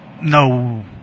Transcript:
No